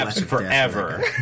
forever